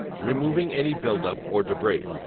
removing any buildup or debris.